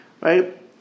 right